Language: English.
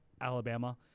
alabama